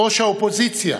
ראש האופוזיציה